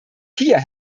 hier